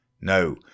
No